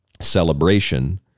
celebration